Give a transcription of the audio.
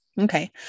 Okay